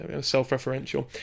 self-referential